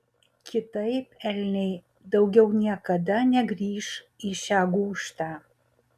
kitaip elniai daugiau niekada negrįš į šią gūžtą